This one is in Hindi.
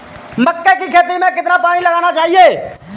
मक्के की खेती में कितना पानी लगाना चाहिए?